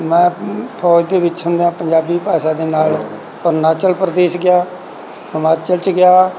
ਮੈਂ ਫੌਜ ਦੇ ਵਿੱਚ ਹੁੰਦਿਆਂ ਪੰਜਾਬੀ ਭਾਸ਼ਾ ਦੇ ਨਾਲ ਅਰੁਣਾਚਲ ਪ੍ਰਦੇਸ਼ ਗਿਆ ਹਿਮਾਚਲ 'ਚ ਗਿਆ